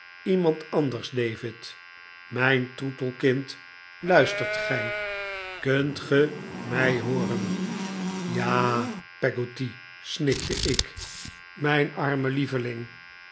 iemand anders david mijn troetelkind luistert gij kunt ge mij hooren ja a a peggotty snikte ik mijn arme lieveling